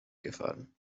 gefahren